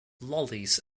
lollies